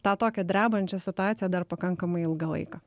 tą tokią drebančią situaciją dar pakankamai ilgą laiką